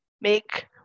make